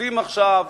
שותים עכשיו,